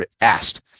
asked